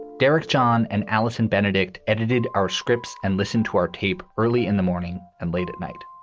derek john and allison benedicte edited our scripts and listened to our tape early in the morning and late at night.